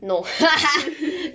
no